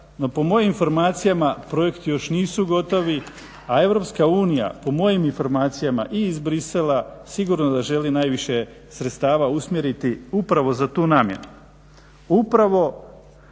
no po mojim informacijama projekti još nisu gotovi, a EU po mojim informacijama i iz Bruxellesa sigurno da želi najviše sredstva usmjeriti upravo za tu namjenu. Upravo